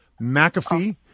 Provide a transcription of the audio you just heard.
McAfee